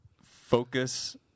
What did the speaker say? focus